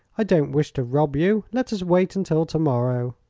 i don't wish to rob you. let us wait until to-morrow.